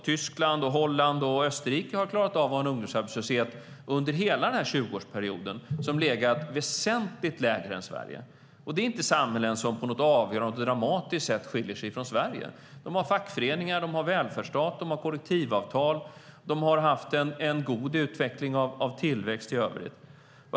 Tyskland, Holland och Österrike har klarat av att ha en ungdomsarbetslöshet som under hela 20-årsperioden legat väsentligt lägre än Sveriges. Det är inte samhällen som på något avgörande och dramatiskt sätt skiljer sig från Sverige. De har fackföreningar, välfärdsstat och kollektivavtal. De har haft en god utveckling av tillväxten i övrigt.